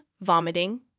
vomiting